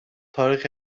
تاریخ